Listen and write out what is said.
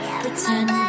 pretend